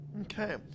Okay